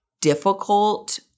difficult